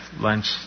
lunch